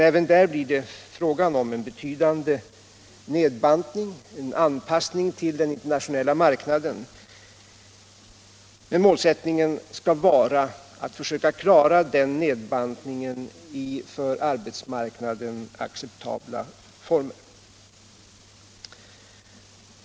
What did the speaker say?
Även här blir det fråga om en betydande nedbantning, en anpassning till den internationella marknaden, men målet skall vara att försöka klara den nedbantningen i för arbetsmarknaden acceptabla former.